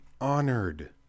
honored